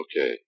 okay